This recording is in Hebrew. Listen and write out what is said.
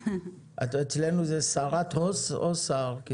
אצלנו זה שרה או שר.